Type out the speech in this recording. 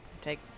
Take